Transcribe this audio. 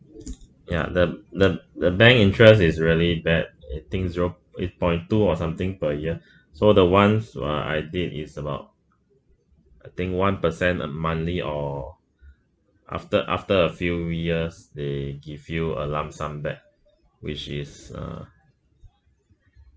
ya the the the bank interest is really bad I think zero eh point two or something per year so the ones uh I did is about I think one percent a monthly or after after a few years they give you a lump sum back which is uh